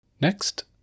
Next